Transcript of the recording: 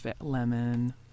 Lemon